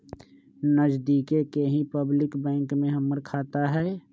नजदिके के ही पब्लिक बैंक में हमर खाता हई